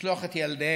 לשלוח את ילדיהם